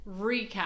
recap